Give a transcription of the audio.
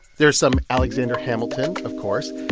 there are some alexander hamilton, of course,